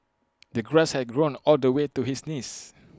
the grass had grown all the way to his knees